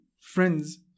friends